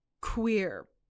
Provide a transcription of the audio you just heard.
queer